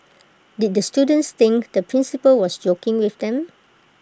did the students think the principal was joking with them